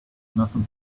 nothing